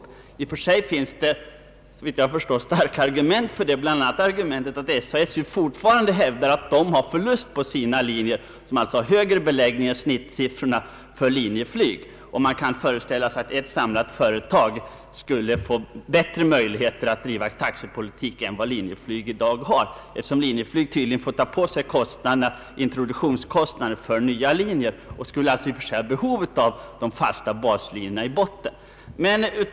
I och för sig finns det, såvitt jag förstår, starka argument för det, bl.a. det att SAS ju fortfarande hävdar att företaget har förlust på sina inrikeslinjer, vilka dock har högre beläggning än genomsnittssiffrorna för Linjeflyg. Man kan föreställa sig att ett sammanslaget företag skulle få bättre möjligheter att driva aktiv taxepolitik än vad Linjeflyg i dag har, eftersom Linjeflyg tydligen får ta på sig introduktionskostnader för nya linjer. Bolaget skulle alltså i och för sig ha behov av de fasta linjerna »i botten».